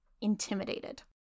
intimidated